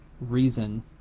reason